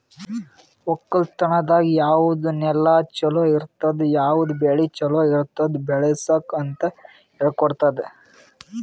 ಒಕ್ಕಲತನದಾಗ್ ಯಾವುದ್ ನೆಲ ಛಲೋ ಇರ್ತುದ, ಯಾವುದ್ ಬೆಳಿ ಛಲೋ ಇರ್ತುದ್ ಬೆಳಸುಕ್ ಅಂತ್ ಹೇಳ್ಕೊಡತ್ತುದ್